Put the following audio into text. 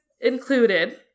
included